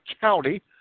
County